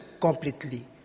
completely